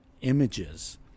images